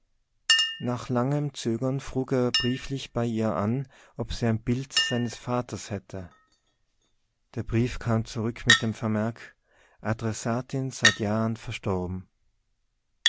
nach langem zögern frug er brieflich bei ihr an ob sie ein bild seines vaters hätte der brief kam zurück mit dem vermerk adressatin seit jahren verstorben